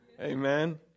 Amen